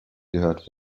gehört